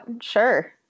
sure